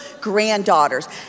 granddaughters